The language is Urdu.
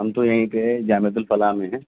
ہم تو یہیں پہ جامعۃ الفلاح میں ہیں